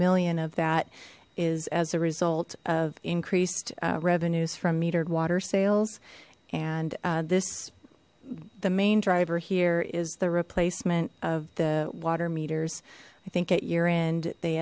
million of that is as a result of increased revenues from metered water sales and this the main driver here is the replacement of the water meters i think at year end they